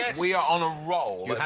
we are on a roll.